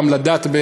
גם לדעת,